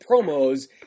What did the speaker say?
promos